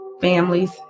families